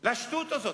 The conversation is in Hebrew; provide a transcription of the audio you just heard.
לשטות הזאת?